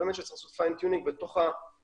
שבאמת צריך לעשות פיין טיונינג בתוך הניסוח,